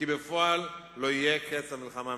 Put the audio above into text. כי בפועל לא יהיה קץ למלחמה המתמשכת.